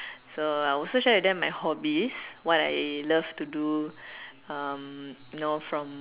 so I would also share with them by hobbies what I love to do um you know from